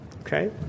Okay